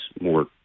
more